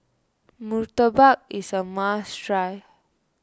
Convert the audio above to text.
Murtabak is a must try